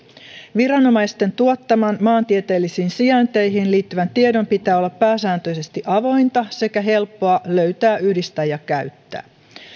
viranomaisten tuottaman maantieteellisiin sijainteihin liittyvän tiedon pitää olla pääsääntöisesti avointa sekä helppoa löytää yhdistää ja käyttää